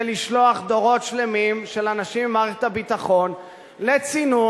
זה לשלוח דורות שלמים של אנשים במערכת הביטחון לצינון,